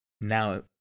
now